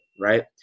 right